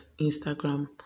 instagram